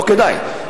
לא כדאי,